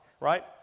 right